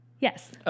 Yes